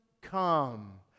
Come